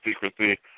secrecy